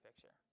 picture